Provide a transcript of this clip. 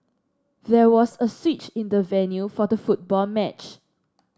there was a switch in the venue for the football match